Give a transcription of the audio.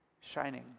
shining